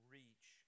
reach